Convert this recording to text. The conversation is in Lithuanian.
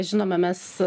žinome mes